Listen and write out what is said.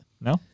No